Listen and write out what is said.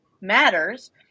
matters